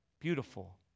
beautiful